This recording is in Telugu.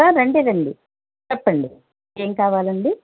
రండి రండి చెప్పండి ఏం కావాలండి